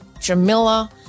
Jamila